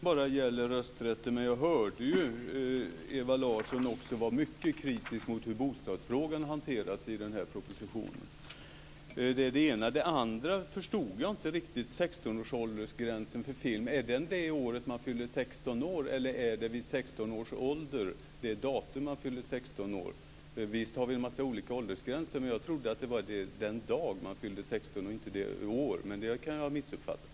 Herr talman! Det är riktigt att reservationen bara gäller rösträtten. Men jag hörde Ewa Larsson vara mycket kritisk till hur bostadsfrågorna hanterats i propositionen. Sedan var det en sak jag inte riktigt förstod. Gäller 16-årsgränsen för film det år man fyller 16 år eller det datum man fyller 16 år? Visst finns det olika åldersgränser, men jag trodde att det var fråga om den dag man fyller 16 år och inte året - men jag kan ha missuppfattat.